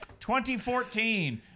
2014